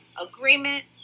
agreement